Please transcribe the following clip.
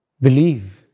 believe